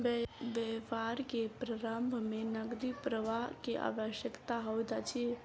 व्यापार के प्रारम्भ में नकदी प्रवाह के आवश्यकता होइत अछि